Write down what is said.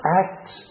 acts